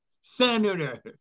Senator